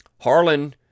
Harlan